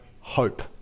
hope